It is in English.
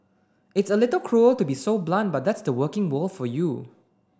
it's a little cruel to be so blunt but that's the working world for you